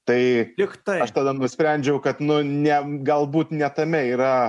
tai tiktai aš tada nusprendžiau kad nu ne galbūt ne tame yra